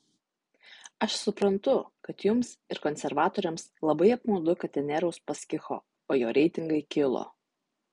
aš suprantu kad jums ir konservatoriams labai apmaudu kad ten nėra uspaskicho o jo reitingai kilo